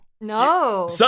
no